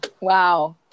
Wow